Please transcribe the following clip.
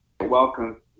Welcome